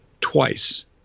twice